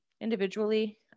individually